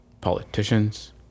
politicians